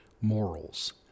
morals